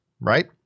right